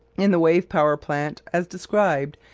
in the wave-power plant as described,